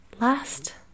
Last